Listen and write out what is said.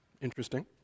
Interesting